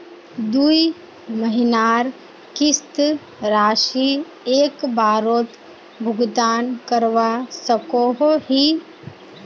दुई महीनार किस्त राशि एक बारोत भुगतान करवा सकोहो ही?